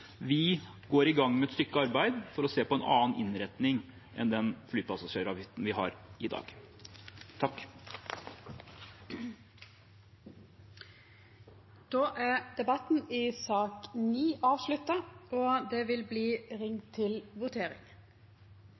vi går i gang med et stykke arbeid for å se på en annen innretning enn den flypassasjeravgiften vi har i dag. Interpellasjonsdebatten er